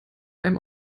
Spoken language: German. einem